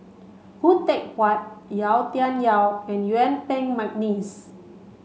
Khoo Teck Puat Yau Tian Yau and Yuen Peng McNeice